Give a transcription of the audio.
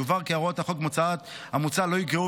יובהר כי הוראות החוק המוצע לא יגרעו